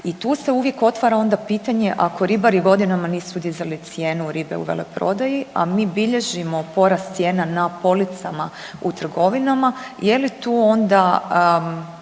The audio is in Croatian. I tu se uvijek otvara onda pitanje ako ribari godinama nisu dizali cijenu ribe u veleprodaji, a mi bilježimo porast cijena na policama u trgovinama je li tu onda